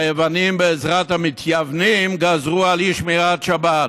שהיוונים בעזרת המתייוונים גזרו על אי-שמירת שבת,